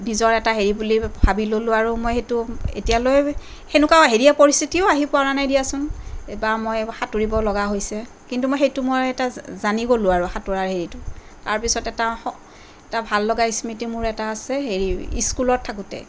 নিজৰ এটা হেৰি বুলি ভাবি ল'লো আৰু মই সেইটো এতিয়ালৈ সেনেকুৱা হেৰিয়ে পৰিস্থিতিও আহি পোৱা নাই দিয়াচোন এবাৰ মই সাঁতুৰিব লগা হৈছে কিন্তু মই সেইটো মই এটা জানি গ'লো আৰু সাঁতোৰাৰ হেৰিটো তাৰপিছত এটা এটা ভাললগা স্মৃতি মোৰ এটা আছে হেৰি স্কুলত থাকোতে